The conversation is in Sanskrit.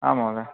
आम् महोदय